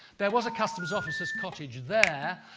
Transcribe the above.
there was a customs officer's cottage there,